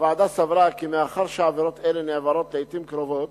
הוועדה סברה כי מאחר שעבירות אלה נעברות לעתים קרובות